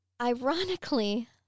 Ironically